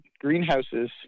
greenhouses